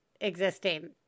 existing